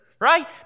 right